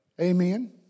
Amen